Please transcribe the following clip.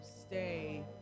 stay